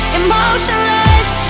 emotionless